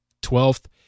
Twelfth